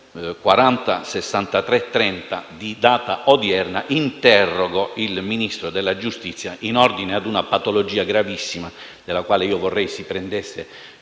presentata in data odierna, interrogo il Ministro della giustizia in ordine ad una patologia gravissima, della quale vorrei si prendesse